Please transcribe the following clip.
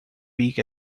beak